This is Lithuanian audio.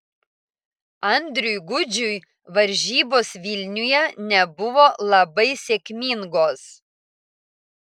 andriui gudžiui varžybos vilniuje nebuvo labai sėkmingos